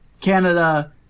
Canada